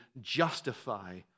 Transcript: justify